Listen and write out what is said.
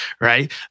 right